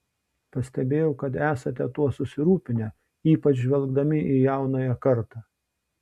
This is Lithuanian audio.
pastebėjau kad esate tuo susirūpinę ypač žvelgdami į jaunąją kartą